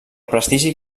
prestigi